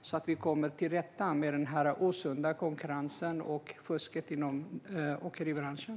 På så sätt kan man komma till rätta med den här osunda konkurrensen och fusket inom åkeribranschen.